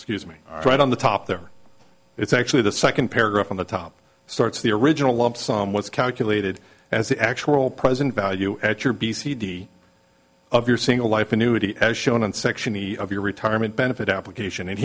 excuse me right on the top there it's actually the second paragraph on the top starts the original lump sum was calculated as the actual present value at your b c d of your single life annuity as shown in section the of your retirement benefit application